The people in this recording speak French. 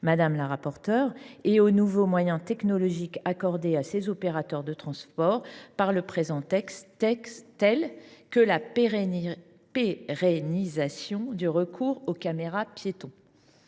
de la RATP et aux nouveaux moyens technologiques accordés à ces opérateurs de transport par le présent texte, telle la pérennisation du recours aux caméras piétons.